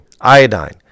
Iodine